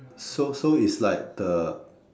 so so is like the